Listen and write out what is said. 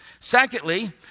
Secondly